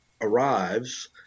arrives